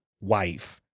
wife